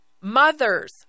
Mothers